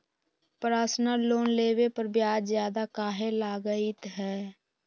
Personal loan लेबे पर ब्याज ज्यादा काहे लागईत है?